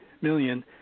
million